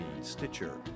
Stitcher